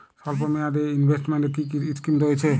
স্বল্পমেয়াদে এ ইনভেস্টমেন্ট কি কী স্কীম রয়েছে?